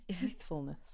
youthfulness